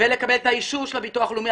ולקבל את האישור של הביטוח הלאומי.